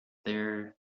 there